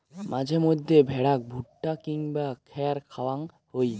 মাঝে মইধ্যে ভ্যাড়াক ভুট্টা কিংবা খ্যার খাওয়াং হই